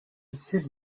issue